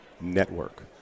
network